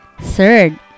Third